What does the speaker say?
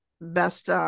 best